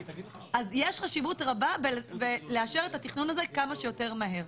יש חשיבות רבה לאשר את התכנון הזה כמה שיותר מהר.